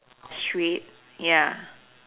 straight ya